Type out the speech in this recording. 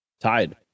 tied